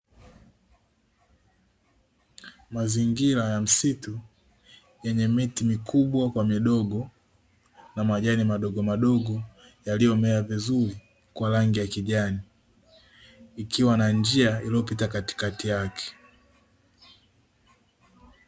Mazingira ya msitu yenye miti mikubwa kwa midogo na majani madogomadogo, yaliyomea vizuri kwa rangi ya kijani; ikiwa na njia iliyopita katikati yake.